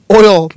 oil